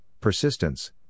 persistence